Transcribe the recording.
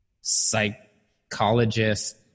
psychologist